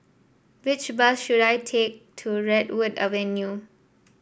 which bus should I take to Redwood Avenue